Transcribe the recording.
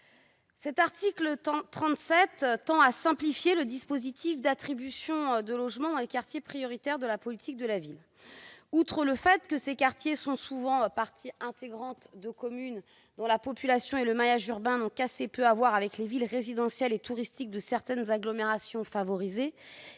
L'article 37 tend à simplifier le dispositif d'attribution de logements dans les quartiers prioritaires de la politique de la ville. Outre le fait que ces quartiers sont souvent partie intégrante de communes dont la population et le maillage urbain n'ont qu'assez peu à voir avec les villes résidentielles et touristiques de certaines agglomérations favorisées,